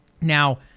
now